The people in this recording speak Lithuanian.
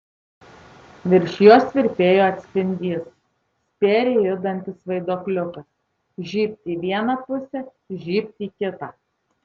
virš jos virpėjo atspindys spėriai judantis vaiduokliukas žybt į vieną pusę žybt į kitą